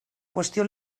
qüestió